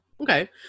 okay